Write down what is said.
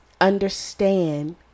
understand